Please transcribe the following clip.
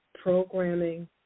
Programming